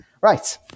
Right